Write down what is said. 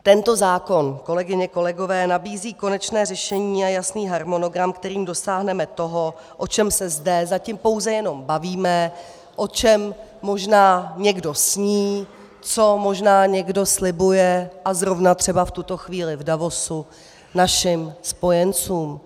Tento zákon, kolegyně, kolegové, nabízí konečně řešení a jasný harmonogram, kterým dosáhneme toho, o čem se zde zatím pouze jenom bavíme, o čem možná někdo sní, co možná někdo slibuje, a zrovna třeba v tuto chvíli v Davosu našim spojencům.